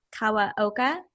Kawaoka